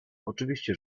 oczywiście